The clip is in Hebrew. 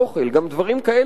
גם דברים כאלה קרו.